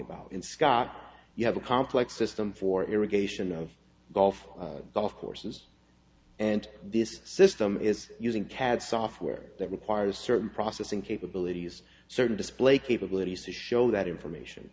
about in scott you have a complex system for irrigation of golf courses and this system is using cad software that requires certain processing capabilities certain display capabilities to show that information